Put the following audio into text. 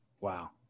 Wow